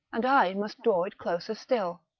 and i must draw it closer still.